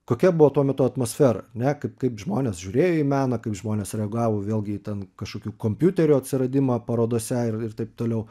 kokia buvo tuo metu atmosfera ar ne kaip kaip žmonės žiūrėjo į meną kaip žmonės reagavo vėlgi ten kažkokių kompiuterių atsiradimą parodose ir taip toliau